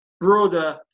broader